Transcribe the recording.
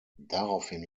daraufhin